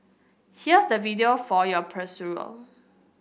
here's the video for your perusal